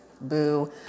boo